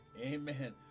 Amen